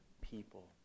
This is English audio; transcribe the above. people